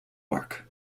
work